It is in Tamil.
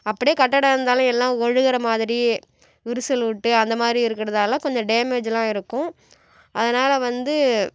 அப்படியே கட்டிடம் இருந்தாலும் எல்லாம் ஒழுகுகிறமாதிரி விரிசல் விட்டு அந்தமாதிரி இருக்கிறதால கொஞ்சம் டேமேஜெல்லாம் இருக்கும் அதனால் வந்து